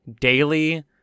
daily